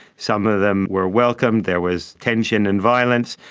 some of them were welcomed. there was tension and violence.